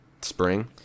spring